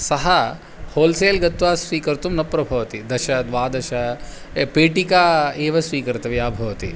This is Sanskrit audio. सः होल्सेल् गत्वा स्वीकर्तुं न प्रभवति दश द्वादश पेटिका एव स्वीकर्तव्या भवति